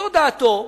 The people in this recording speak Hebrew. זו דעתו,